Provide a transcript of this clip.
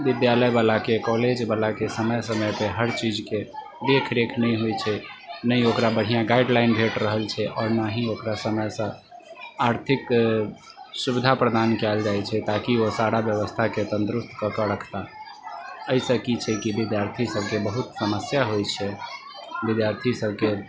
विद्यालय वाला के कॉलेज वाला के समय समय पे हर चीज के देखरेख नहि होइ छै नहि ओकरा बढ़िऑं गाइडलाइन भेट रहल छै आओर ना ही ओकरा समय सऽ आर्थिक सुविधा प्रदान कयल जाइ छै ताकि ओ सारा व्यवस्था के तंदुरुस्त कऽ कऽ रखताह एहि सऽ की छै कि विद्यार्थी सबके बहुत समस्या होइ छै विद्यार्थी सबके